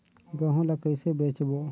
गहूं ला कइसे बेचबो?